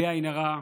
בלי עין הרע.